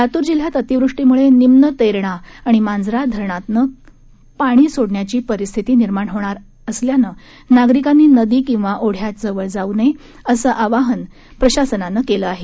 लातूर जिल्ह्यात अतिवृष्टीमुळे निम्न तेरणा आणि मांजरा धरणांतनं कधीही पाणी सोडण्याची परिस्थिती निर्माण होणार असल्यानं नागरिकांनी नदी किंवा ओढ्यांच्या जवळ जाऊ नये असं आवाहन प्रशासनानं केलं आहे